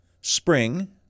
spring